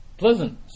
Pleasant